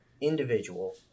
individual